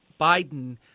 Biden